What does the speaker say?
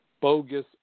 bogus